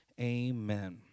Amen